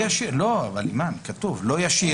לא, אימאן, כתוב "לא ישיר,